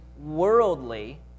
worldly